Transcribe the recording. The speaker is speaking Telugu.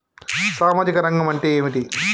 సామాజిక రంగం అంటే ఏమిటి?